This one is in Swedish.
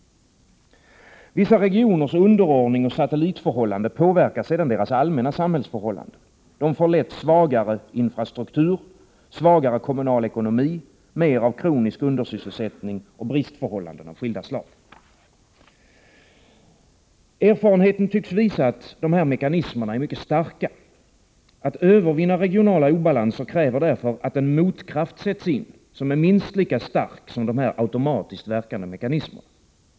Vissa regioners underordning och satellitförhållande påverkar sedan deras allmänna samhällsförhållanden. De får lätt svagare infrastruktur, svagare kommunal ekonomi, mer av kronisk undersysselsättning och bristförhållanden av skilda slag. Erfarenheten tycks visa att de här mekanismerna är mycket starka. Att övervinna regionala obalanser kräver därför att en motkraft sätts in som är minst lika stark som de automatiskt verkande mekanismerna.